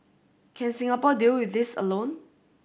can Singapore deal with this alone